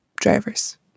Drivers